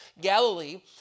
Galilee